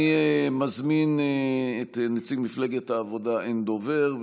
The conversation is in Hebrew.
אני מזמין את נציג מפלגת העבודה, אין דובר.